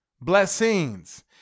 blessings